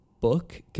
book